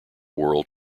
world